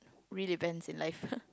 really depends in life